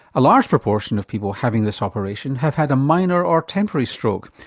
a large proportion of people having this operation have had a minor or temporary stroke,